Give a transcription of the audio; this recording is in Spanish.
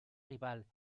rival